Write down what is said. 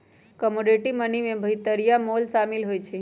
commodity money में भितरिया मोल सामिल होइ छइ